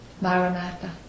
Maranatha